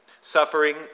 Suffering